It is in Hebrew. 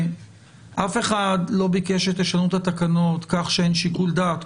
אף אחד לא ביקש שתשנו את התקנות כך שאין שיקול דעת.